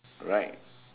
right